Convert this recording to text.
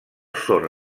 són